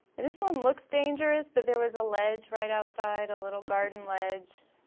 this one looks dangerous but there was a ledge right outside a little garden ledge.